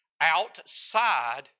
outside